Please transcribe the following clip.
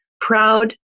proud